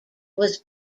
was